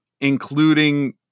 including